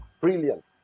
brilliant